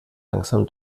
langsam